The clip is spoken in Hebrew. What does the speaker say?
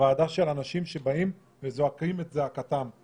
של אנשים שבאים וזועקים את זעקתם.